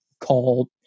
call